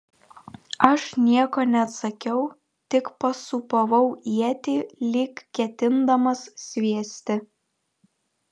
aš nieko neatsakiau tik pasūpavau ietį lyg ketindamas sviesti